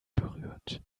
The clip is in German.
berührt